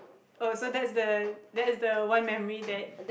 oh so that's the that's the one memory that